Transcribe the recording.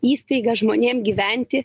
įstaiga žmonėm gyventi